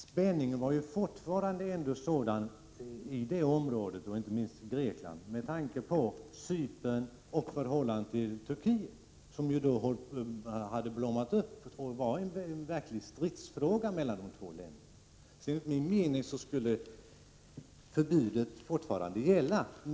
Spänningen var ju fortfarande stor i området, inte minst i Grekland på grund av Cypernfrågan och förhållandet till Turkiet. Cypernfrågan hade ju då ”blommat upp” och var en verklig stridsfråga mellan dessa två länder. Enligt min mening borde exportförbudet fortfarande ha gällt.